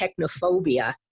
technophobia